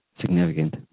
significant